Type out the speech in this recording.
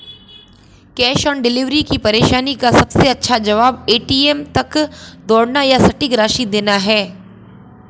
cash on delivery की परेशानी का सबसे अच्छा जवाब, ए.टी.एम तक दौड़ना या सटीक राशि देना है